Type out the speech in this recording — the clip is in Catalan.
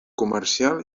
comercial